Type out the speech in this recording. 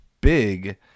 big